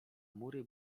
mury